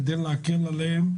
כדי להקל עליהם,